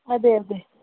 ಅದೇ ಅದೇ